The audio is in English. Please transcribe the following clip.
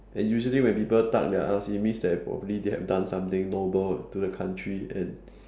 and usually when people tuck their arms it means that probably they have done something noble to the country and